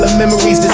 ah memories just